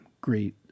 great